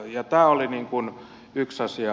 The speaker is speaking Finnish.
tämä oli yksi asia